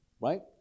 right